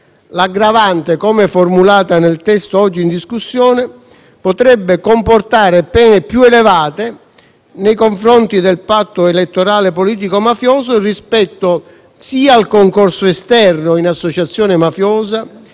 l'aggravante, come formulata nel testo oggi in discussione, potrebbe comportare pene più elevate nei confronti del patto elettorale politico-mafioso rispetto sia al concorso esterno in associazione mafiosa